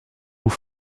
vous